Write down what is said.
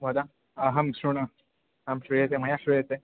वद अहं श्रुणोमि आम् श्रूयते मया श्रूयते